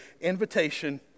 invitation